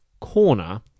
corner